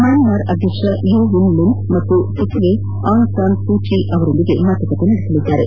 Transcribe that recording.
Myanmar ಅಧ್ಯಕ್ಷ U Win Myint ಮತ್ತು ಸಚಿವೆ ಆಂಗ್ ಸಾನ್ ಮೂ ಕಿ ಅವರೊಂದಿಗೆ ಮಾತುಕತೆ ನಡೆಸಲಿದ್ದಾರೆ